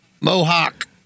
Mohawk